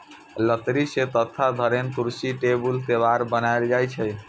लकड़ी सं तख्ता, धरेन, कुर्सी, टेबुल, केबाड़ बनाएल जाइ छै